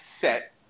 set